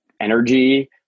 energy